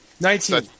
Nineteen